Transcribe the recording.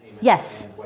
Yes